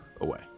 away